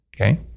Okay